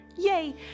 Yay